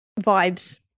vibes